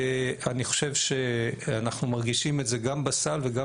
אני חושב שאנחנו מרגישים את זה גם בסל וגם